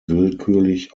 willkürlich